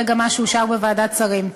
זה גם מה שאושר בוועדת השרים.